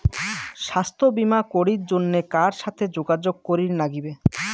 স্বাস্থ্য বিমা করির জন্যে কার সাথে যোগাযোগ করির নাগিবে?